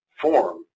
form